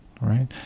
right